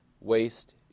waste